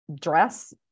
dress